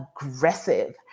aggressive